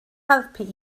helpu